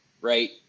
right